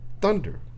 Thunder